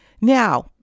Now